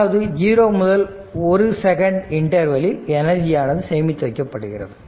அதாவது 0 முதல் 1 செகண்ட் இன்டர்வெல்லில் எனர்ஜியானது சேமித்து வைக்கப்படுகிறது